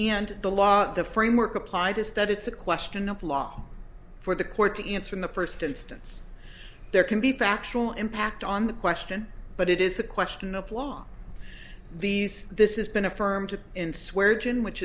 and the law the framework applied to study it's a question of law for the court to answer in the first instance there can be factual impact on the question but it is a question of law these this is been affirmed in swear june which